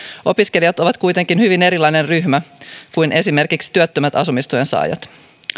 opiskelijat ovat kuitenkin hyvin erilainen ryhmä kuin esimerkiksi työttömät asumistuen saajat